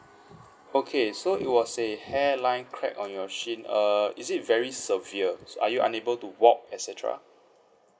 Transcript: okay so it was a hair line crack on your sheen err is it very severe are you unable to walk et cetera